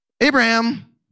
Abraham